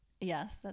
Yes